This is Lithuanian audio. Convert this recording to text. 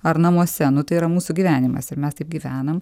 ar namuose nu tai yra mūsų gyvenimas ir mes taip gyvenam